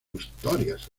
historias